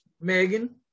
Megan